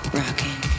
rocking